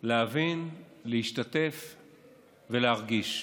להבין, להשתתף ולהרגיש.